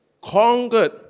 conquered